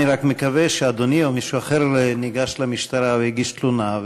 אני רק מקווה שאדוני או מישהו אחר ניגש למשטרה והגיש תלונה,